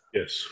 Yes